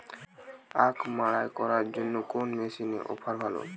আখ মাড়াই করার জন্য কোন মেশিনের অফার ভালো?